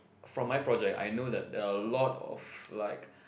from my project I know that there are a lot of like